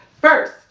First